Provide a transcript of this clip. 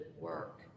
work